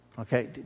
Okay